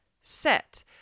set